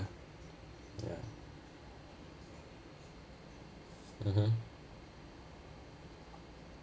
ya mmhmm